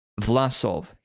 Vlasov